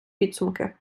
підсумки